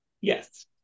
Yes